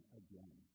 again